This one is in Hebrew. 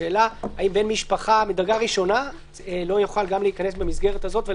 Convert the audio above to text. השאלה האם בן משפחה מדרגה ראשונה לא יוכל להיכנס במסגרת הזאת.